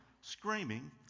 screaming